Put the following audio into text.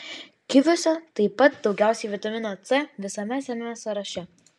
kiviuose taip pat daugiausiai vitamino c visame šiame sąraše